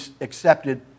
accepted